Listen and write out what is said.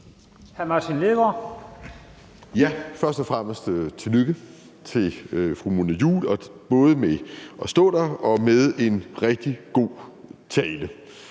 Først og fremmest tillykke til fru Mona Juul både med at stå der og med en rigtig god tale.